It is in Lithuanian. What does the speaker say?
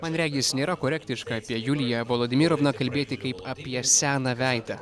man regis nėra korektiška apie juliją volodymirovną kalbėti kaip apie seną veidą